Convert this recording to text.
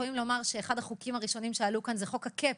אחד החוקים הראשונים שעלו כאן הוא חוק הקאפ,